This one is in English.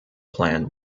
plant